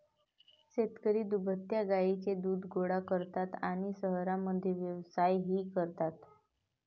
शेतकरी दुभत्या गायींचे दूध गोळा करतात आणि शहरांमध्ये व्यवसायही करतात